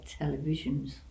televisions